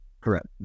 correct